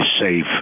safe